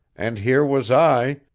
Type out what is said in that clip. and here was i,